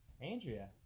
Andrea